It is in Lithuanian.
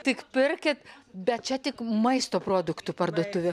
tik pirkit bet čia tik maisto produktų parduotuvė